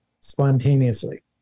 spontaneously